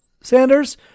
Sanders